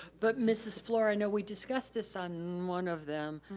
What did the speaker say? but mrs. fluor, i know we discussed this on one of them,